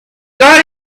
got